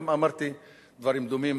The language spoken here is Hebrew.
גם אמרתי דברים דומים